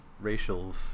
racial